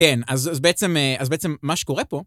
כן, אז בעצם מה שקורה פה...